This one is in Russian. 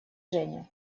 женя